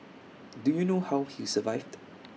do you know how he survived